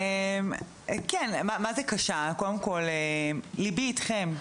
קודם כול, ליבי איתכם.